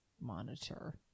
monitor